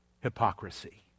hypocrisy